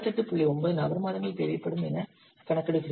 9 நபர் மாதங்கள் தேவைப்படும் என கணக்கிடுகிறது